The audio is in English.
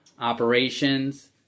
operations